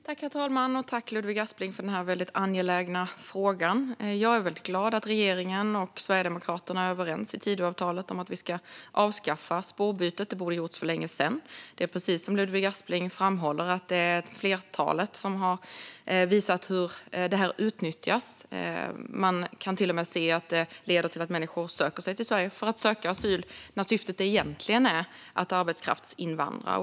Herr talman! Tack, Ludvig Aspling, för denna angelägna fråga! Jag är glad för att regeringen och Sverigedemokraterna är överens i Tidöavtalet om att vi ska avskaffa spårbytet. Det borde ha gjorts för länge sedan. Precis som Ludvig Aspling framhåller finns det ett flertal fall som visar hur regeln har utnyttjats. Man kan till och med se att detta leder till att människor söker sig till Sverige för att söka asyl när syftet egentligen är att arbetskraftsinvandra.